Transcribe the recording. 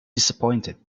disappointed